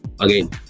again